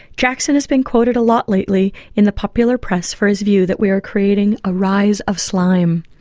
jackson has been quoted a lot lately in the popular press for his view that we are creating a rise of slime.